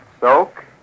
Soak